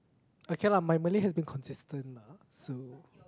okay lah my Malay has been consistent lah so